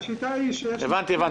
הבנתי.